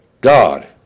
God